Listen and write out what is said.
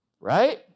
right